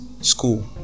school